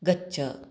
गच्छ